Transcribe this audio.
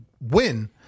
win